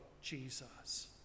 Jesus